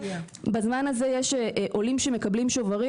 יש עולים שמקבלים שוברים,